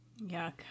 Yuck